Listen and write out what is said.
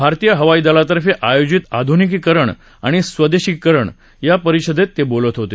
भारतीय हवाई दला तर्फे आयोजित आध्निकीकरण आणि स्वदेशीकरण या परिषदेत ते बोलत होते